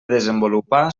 desenvolupar